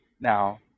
now